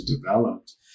developed